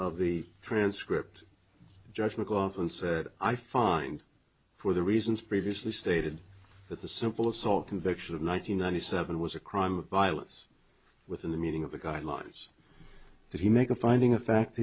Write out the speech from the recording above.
of the transcript judgment often said i find for the reasons previously stated that the simple assault conviction of nine hundred ninety seven was a crime of violence within the meaning of the guidelines that he make a finding of fact